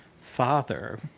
father